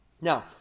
Now